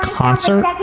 concert